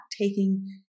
taking